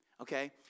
Okay